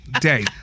day